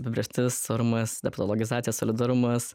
apibrėžtis orumas deplologizacija solidarumas